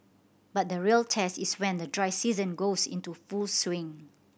but the real test is when the dry season goes into full swing